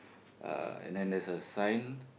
uh and then there's a sign